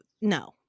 no